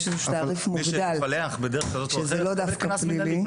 יש תעריף מוגדל, וזה לאו דווקא פלילי.